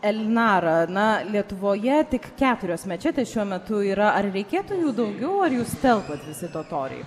elnara na lietuvoje tik keturios mečetės šiuo metu yra ar reikėtų jų daugiau ar jūs telpat visi totoriai